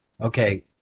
okay